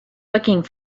looking